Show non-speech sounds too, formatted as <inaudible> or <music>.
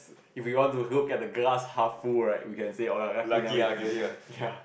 if we want to look at the glass half full right we can say oh ya ya lucky never hit <noise> ya